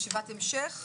ישיבת המשך,